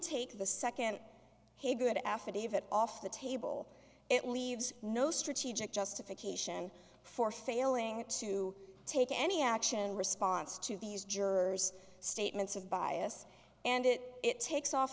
take the second haygood affidavit off the table it leaves no strategic justification for failing to take any action response to these jurors statements of bias and it takes off